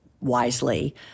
wisely